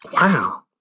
Wow